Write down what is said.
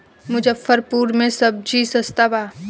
मुजफ्फरपुर में सबजी सस्ता बा